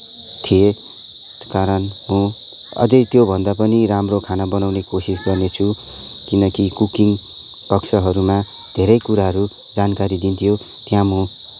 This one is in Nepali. थिएँ कारण म अझै त्योभन्दा पनि राम्रो खाना बनाउँने कोसिस गर्नेछु किनकि कुकिङ पक्षहरूमा धेरै कुराहरू जानकारी दिन्थ्यो त्यहाँ म